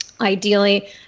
Ideally